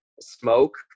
smoke